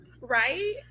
Right